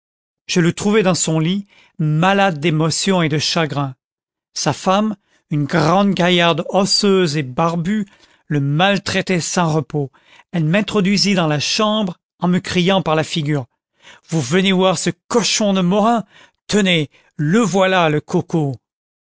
je le trouvai dans son lit malade d'émotion et de chagrin sa femme une grande gaillarde osseuse et barbue le maltraitait sans repos elle m'introduisit dans la chambre en me criant par la figure vous venez voir ce cochon de morin tenez le voilà le coco